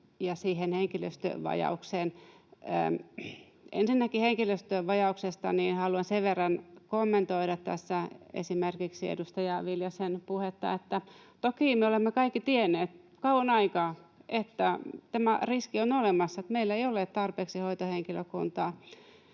ja henkilöstövajaukseen. Ensinnäkin henkilöstövajauksesta: haluan tässä sen verran kommentoida esimerkiksi edustaja Viljasen puhetta, että toki me olemme kaikki tienneet kauan aikaa, että tämä riski on olemassa, että meillä ei ole tarpeeksi hoitohenkilökuntaa.